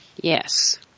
Yes